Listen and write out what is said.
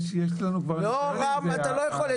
יש לנו כבר --- לא, רם, אתה לא יכול להעיר.